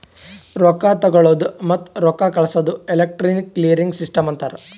ರೊಕ್ಕಾ ತಗೊಳದ್ ಮತ್ತ ರೊಕ್ಕಾ ಕಳ್ಸದುಕ್ ಎಲೆಕ್ಟ್ರಾನಿಕ್ ಕ್ಲಿಯರಿಂಗ್ ಸಿಸ್ಟಮ್ ಅಂತಾರ್